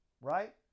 right